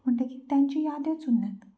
म्हणटकच तांच्यो यादच उरना